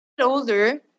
older